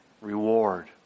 reward